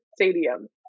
stadium